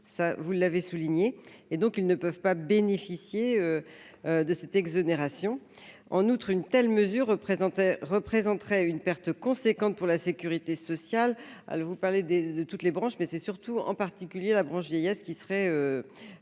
vous l'avez souligné et donc ils ne peuvent pas bénéficier de cette exonération, en outre, une telle mesure représentait représenterait une perte conséquente pour la sécurité sociale, alors vous parlez des de toutes les branches, mais c'est surtout en particulier, la branche vieillesse qui serait